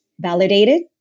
validated